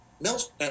Mel's